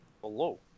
Hello